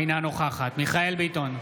אינה נוכחת מיכאל מרדכי ביטון,